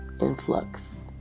influx